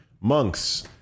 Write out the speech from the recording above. monks